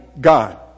God